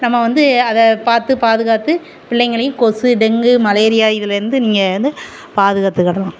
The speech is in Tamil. நம்ம வந்து அதை பார்த்து பாதுகாத்து பிள்ளைங்களையும் கொசு டெங்கு மலேரியா இதுலேருந்து நீங்கள் வந்து பாதுகாத்துக்கிடலாம்